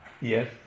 Yes